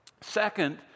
Second